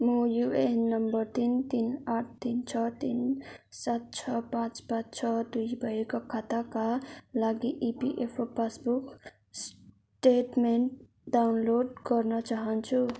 म UAN number तिन तिन आठ तिन छ तिन सात छ पाँच पाँच छ दुई भएको खाताका लागि इपिएफओ पासबुक स्टेटमेन्ट डाउनलोड गर्न चाहन्छु